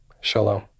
Shalom